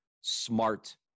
smart